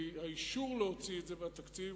כי האישור להוציא את זה בתקציב,